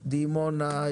דימונה,